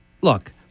look